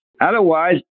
Otherwise